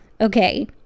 okay